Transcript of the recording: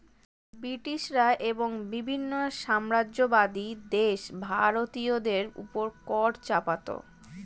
ব্রিটিশরা এবং বিভিন্ন সাম্রাজ্যবাদী দেশ ভারতীয়দের উপর কর চাপাতো